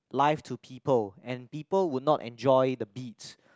life to people and people would not enjoyed the beat